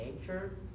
nature